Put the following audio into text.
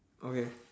okay